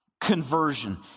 conversion